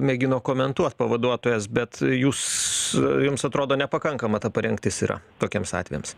mėgino komentuot pavaduotojas bet jūs jums atrodo nepakankama ta parengtis yra tokiems atvejams